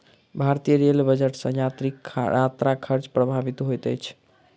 भारतीय रेल बजट सॅ यात्रीक यात्रा खर्च प्रभावित होइत छै